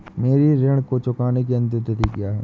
मेरे ऋण को चुकाने की अंतिम तिथि क्या है?